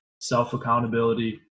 self-accountability